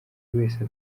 wese